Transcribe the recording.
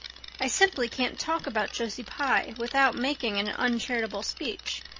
i simply can't talk about josie pye without making an uncharitable speech,